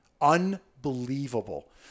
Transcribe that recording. Unbelievable